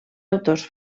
autors